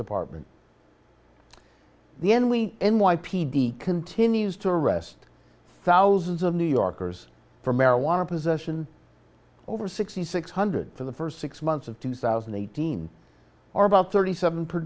department the n we n y p d continues to arrest thousands of new yorkers for marijuana possession over sixty six hundred for the first six months of two thousand and eighteen or about thirty seven per